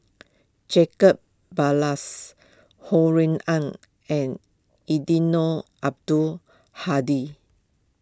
Jacob Ballas Ho Rui An and Eddino Abdul Hadi